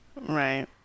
Right